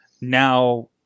now